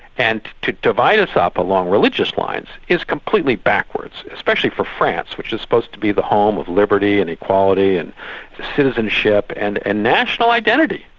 and to divide us up along religious lines is completely backwards, especially for france, which is supposed to be the home of liberty and equality and citizenship and and national identity.